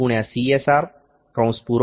C × C